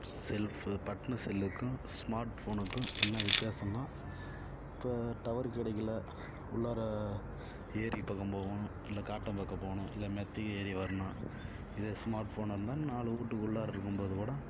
செல் button செல்லுக்கும் smart ஃபோனுக்கும் என்ன வித்தியாசம்னா இப்போ டவரு கிடைக்கல உள்ளார ஏரி பக்கம் போகணும் இல்லை காட்டம் பக்கம் போகணும் இல்லை மெத்தை ஏறி வரணும் இதே ஸ்மார்ட் ஃபோனாக இருந்தால் நாலு வீடுக்கு உள்ளார இருக்கும்போது கூட